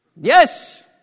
Yes